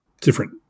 different